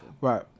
Right